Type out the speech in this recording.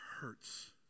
hurts